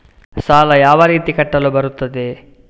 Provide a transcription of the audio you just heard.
ಸಾಲ ಯಾವ ರೀತಿ ಕಟ್ಟಲು ಬರುತ್ತದೆ?